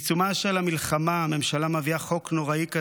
בעיצומה של המלחמה הממשלה מביאה חוק נוראי כזה,